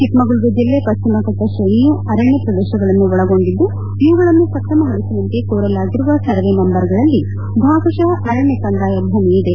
ಚಿಕ್ಕ ಮಗಳೂರು ಜಿಲ್ಲೆ ಪಶ್ಚಿಮಘಟ್ನ ಶ್ರೇಣಿಯು ಅರಣ್ಯ ಪ್ರದೇಶಗಳನ್ನು ಒಳಗೊಂಡಿದ್ದು ಇವುಗಳನ್ನು ಸಕ್ರಮಗೊಳಿಸುವಂತೆ ಕೋರಲಾಗಿರುವ ಸರ್ವೇನಂಬರ್ಗಳಲ್ಲಿ ಭಾಗಶಃ ಅರಣ್ಯ ಕಂದಾಯ ಭೂಮಿ ಇದೆ